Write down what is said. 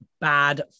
bad